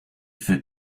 für